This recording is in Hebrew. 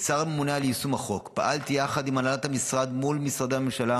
כשר הממונה על יישום החוק פעלתי יחד עם הנהלת המשרד מול משרדי הממשלה